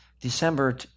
December